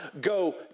go